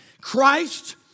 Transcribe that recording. Christ